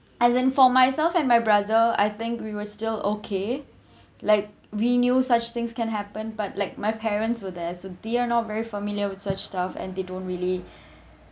as in for myself and my brother I think we were still okay like we knew such things can happen but like my parents were there so they're not very familiar with such stuff and they don't really